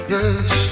Yes